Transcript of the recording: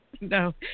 No